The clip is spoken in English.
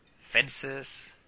fences